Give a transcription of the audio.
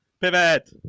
pivot